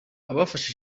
abafashe